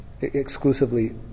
exclusively